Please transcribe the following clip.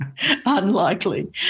Unlikely